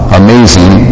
amazing